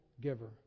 giver